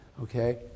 Okay